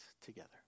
together